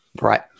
Right